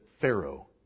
Pharaoh